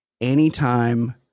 anytime